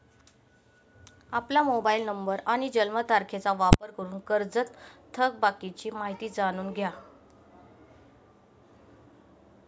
आपला mobile number आणि जन्मतारखेचा वापर करून कर्जत थकबाकीची माहिती जाणून घ्या